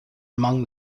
among